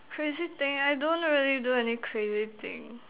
crazy thing I don't really do any crazy thing